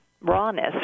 rawness